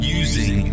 using